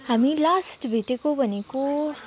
हामी लास्ट भेटेको भनेको